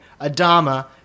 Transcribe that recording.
Adama